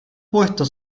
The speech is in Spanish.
puestos